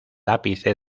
ápice